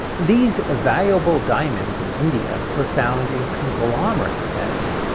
these valuable diamonds in india were found in conglomerate beds,